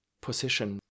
position